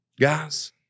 Guys